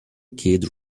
kid